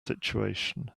situation